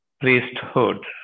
priesthood